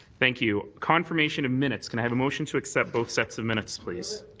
thank you. confirmation of minutes. can i have a motion to accept both sets of minutes, please?